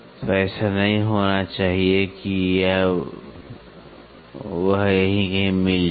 तो ऐसा नहीं होना चाहिए कि वह यहीं कहीं मिल जाए